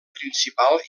principal